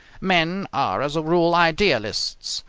men are as a rule idealists,